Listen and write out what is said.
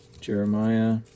Jeremiah